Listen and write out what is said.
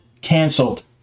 canceled